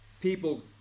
people